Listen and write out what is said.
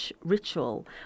ritual